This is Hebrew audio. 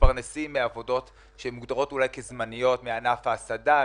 מתפרנסים מעבודות שמוגדרות כזמניות - מענף ההסעדה,